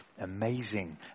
amazing